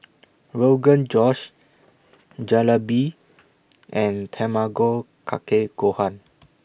Rogan Josh Jalebi and Tamago Kake Gohan